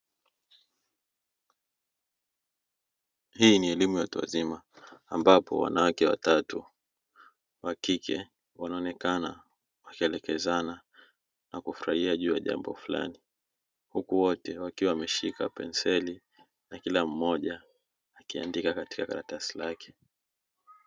Hii ni elimu ya watu wazima ambapo wanawake watatu wakike wanaonekana wakielekezana na kufurahia juu ya jambo fulani, huku wote wakiwa wameshika penseli na kila mmoja akiandika katika karatasi lake.